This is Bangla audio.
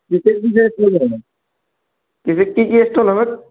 কিসের কিসের জন্য